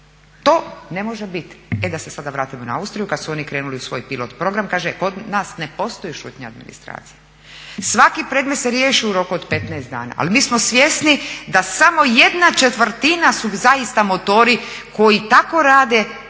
To ne može biti. E da se sada vratimo na Austriju, kada su oni krenuli u svoj pilot program, kaže kod nas ne postoji šutnja administracije. Svaki predmet se riješi u roku od 15 dana ali mi smo svjesni da samo jedna četvrtina su zaista motori koji tako rade